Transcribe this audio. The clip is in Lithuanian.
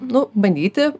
nu bandyti